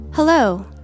Hello